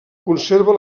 conserva